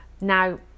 Now